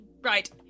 Right